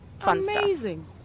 amazing